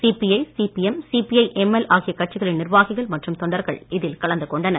CBI CPM CPI ML ஆகிய கட்சிகளின் நிர்வாகிகள் மற்றும் தொண்டர்கள் இதில் கலந்து கொண்டனர்